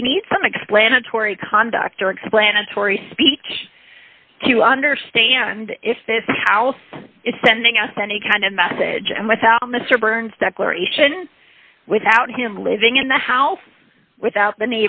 we need some explanatory conduct or explanatory speech to understand if this house is sending us any kind of message and without mr burns declaration without him living in the house without the